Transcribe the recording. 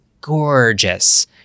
gorgeous